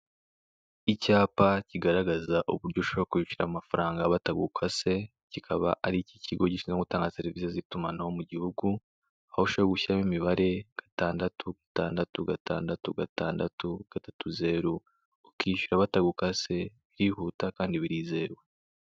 Icyapa kigaragaza uburyo ushobora kwishyura amafaranga batagukase kikaba ari icy'ikigo gishinzwe gutanga serivisi z'itumanaho mu gihugu, aho ushobora gushyiraraho imibare gatandatu gatandatu gatandatu gatandatu gatatu zeru ukishyura batagukase birihuta kandi birizewe.